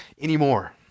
anymore